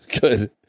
Good